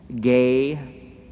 gay